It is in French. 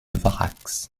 varax